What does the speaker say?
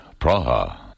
Praha